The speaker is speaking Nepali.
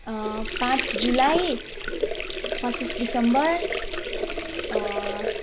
पाँच जुलाई पच्चिस डिसेम्बर